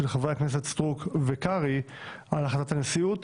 חברי הכנסת סטרוק וקרעי על החלטת הנשיאות,